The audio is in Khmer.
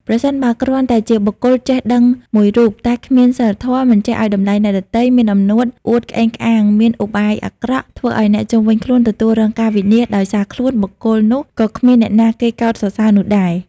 ប្រសិនបើគ្រាន់តែជាបុគ្គលចេះដឹងមួយរូប តែគ្មានសីលធម៌ មិនចេះឲ្យតម្លៃអ្នកដទៃ មានអំនួត អួតក្អេងក្អាង មានឧបាយអាក្រក់ ធ្វើឲ្យអ្នកជុំវិញខ្លួនទទួលរងការវិនាសដោយសារខ្លួន បុគ្គលនោះក៏គ្មានអ្នកណាគេកោតសរសើរនោះដែរ។